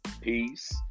Peace